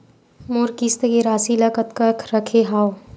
मोर किस्त के राशि ल कतका रखे हाव?